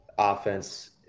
Offense